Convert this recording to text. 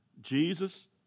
Jesus